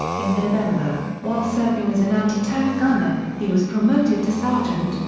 in november, while serving as an anti-tank gunner, he was promoted to sergeant,